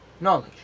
Knowledge